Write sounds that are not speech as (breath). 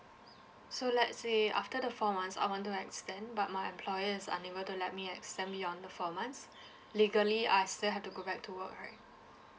so let's say after the four months I want to extend but my employer is unable to let me extend beyond the four months (breath) legally I still have to go back to work right